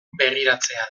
begiratzea